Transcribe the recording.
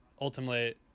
ultimately